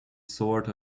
sort